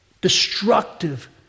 destructive